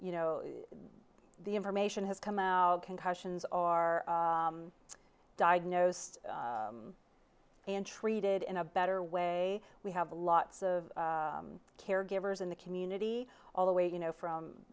you know the information has come out concussions are diagnosed and treated in a better way we have lots of caregivers in the community all the way you know from